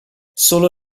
solo